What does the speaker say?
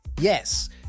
Yes